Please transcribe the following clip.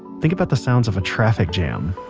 think about the sounds of a traffic jam